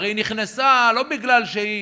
הרי היא נכנסה לא בגלל שהיא